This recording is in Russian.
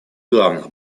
главных